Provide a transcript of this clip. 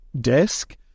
desk